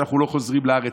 שאנחנו לא חוזרים לארץ,